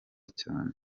cyane